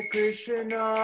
Krishna